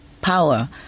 power